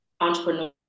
entrepreneur